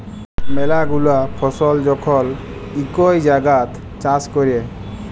ম্যালা গুলা ফসল যখল ইকই জাগাত চাষ ক্যরে